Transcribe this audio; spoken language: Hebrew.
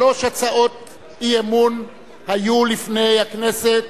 שלוש הצעות אי-אמון היו לפני הכנסת,